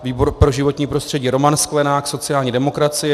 Výbor pro životní prostředí Roman Sklenák, sociální demokracie.